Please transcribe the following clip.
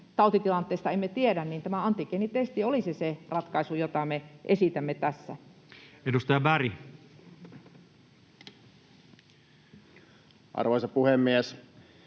tautitilanteesta emme tiedä. Tämä antigeenitesti olisi se ratkaisu, jota me esitämme tässä. [Speech 56] Speaker: